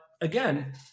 again